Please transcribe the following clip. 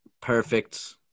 perfect